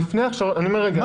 אני אומר רגע,